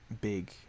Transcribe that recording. big